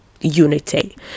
unity